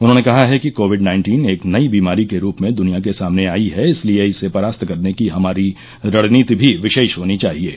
उन्होंने कहा है कि कोविड नाइन्टीन एक नई बीमारी के रूप में दुनिया के सामने आयी है इसलिये इसे परास्त करने की हमारी रणनीति भी विशेष होनी चाहिये